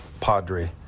padre